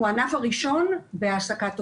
הוא הענף הראשון בהעסקת עובדים.